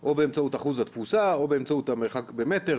או באמצעות אחוז התפוסה או באמצעות המרחק במטר,